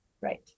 right